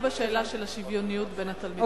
מה בשאלה של השוויוניות בין התלמידים?